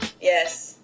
Yes